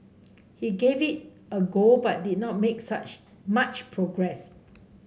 he gave it a go but did not make such much progress